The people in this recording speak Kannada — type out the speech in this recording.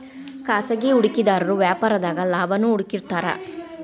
ಖಾಸಗಿ ಹೂಡಿಕೆದಾರು ವ್ಯಾಪಾರದಾಗ ಲಾಭಾನ ಹುಡುಕ್ತಿರ್ತಾರ